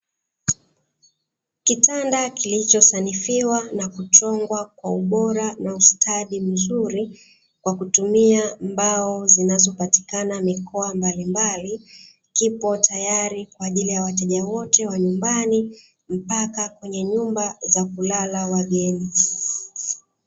Kitanda kilichosanifiwa na kuchongwa kwa ubora na ustadi mzuri, kwa kutumia mbao zinazopatikana mikoa mbalimbali, kipo tayari kwa ajili ya wateja wote wa nyumbani mpaka kwenye nyumba za kulala wageni.